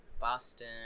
Boston